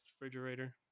refrigerator